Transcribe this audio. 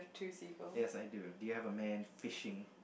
yes I do do you have man fishing